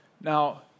Now